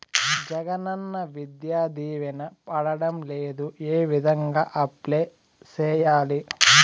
జగనన్న విద్యా దీవెన పడడం లేదు ఏ విధంగా అప్లై సేయాలి